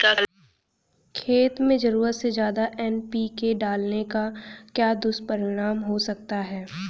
खेत में ज़रूरत से ज्यादा एन.पी.के डालने का क्या दुष्परिणाम हो सकता है?